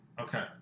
Okay